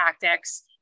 tactics